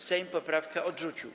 Sejm poprawkę odrzucił.